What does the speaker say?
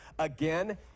Again